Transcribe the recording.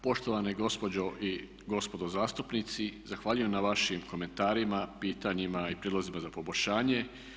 Poštovane gospođe i gospodo zastupnici zahvaljujem na vašim komentarima, pitanjima i prijedlozima za poboljšanje.